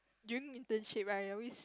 during internship right I always